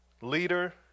leader